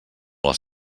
les